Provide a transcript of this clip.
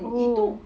oh